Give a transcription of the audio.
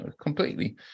completely